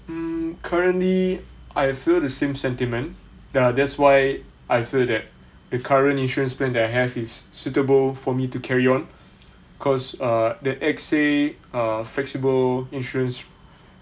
hmm currently I feel the same sentiment ya that's why I feel that the current insurance plan that I have is suitable for me to carry on cause uh the X_A uh flexible insurance